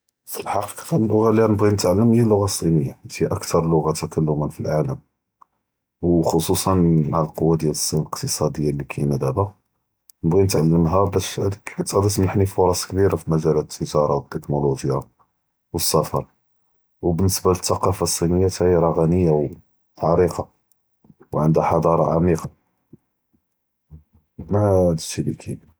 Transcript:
פאלחקיקה אללוע’ה לי ע’אנבגי נתעלם היא אללוע’ה אציניִיה، חית היא אכתר לוע’ה תכַלֲמא פלעאלם، ו ח’צוצא מעא אלקוה דיאל אצין אלאקצטאדיה לי כאין דאבא، באגי נתעלמהא באש הכא כתקדֶר תמנחני פרצ כבירא פמג’אלאת אלתיג’ארה ו אלתוכלונוג’יא ו אלספר، ו באלניסבה לתקאפה אצינִיה חתה היא ראע’’נִיה ו עריקָה ו ענדהא חצארה עמיקה.